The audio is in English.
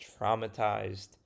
traumatized